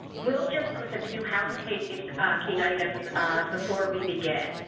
we'll just start with a few housekeeping key items before we begin.